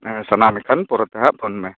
ᱥᱟᱱᱟᱢ ᱮᱠᱷᱟᱱ ᱯᱚᱨᱮ ᱛᱮᱱᱷᱟᱜ ᱯᱷᱳᱱ ᱢᱮ